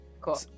Cool